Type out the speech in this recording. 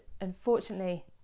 unfortunately